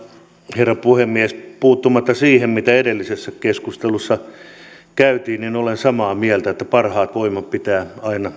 herra puhemies puuttumatta siihen mitä edellisessä keskustelussa käsiteltiin olen samaa mieltä että parhaat voimat pitää